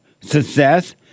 success